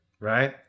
right